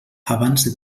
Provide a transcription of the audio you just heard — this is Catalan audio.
abans